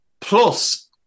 plus